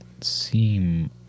seem